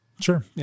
Sure